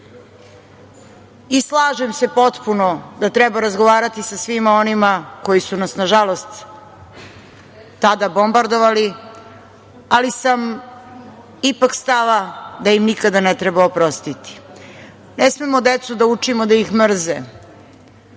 dana. Slažem se potpuno da treba razgovarati sa svima onima koji su nas nažalost tada bombardovali, ali sam ipak stava da im nikada ne treba oprostiti. Ne smemo decu da učimo da ih mrze,